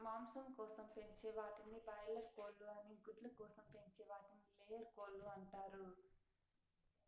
మాంసం కోసం పెంచే వాటిని బాయిలార్ కోళ్ళు అని గుడ్ల కోసం పెంచే వాటిని లేయర్ కోళ్ళు అంటారు